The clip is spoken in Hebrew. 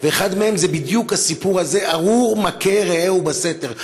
ואחת מהן זה בדיוק הסיפור הזה: "ארור מכה רעהו בסתר".